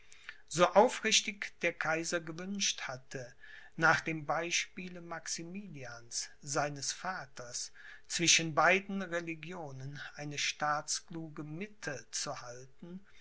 so aufrichtig der kaiser gewünscht hatte nach dem beispiele maximilians seines vaters zwischen beiden religionen eine staatskluge mitte zu halten